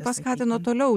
paskatino toliau